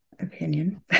opinion